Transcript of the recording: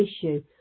issue